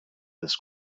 this